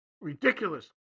ridiculous